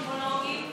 אונקולוגים,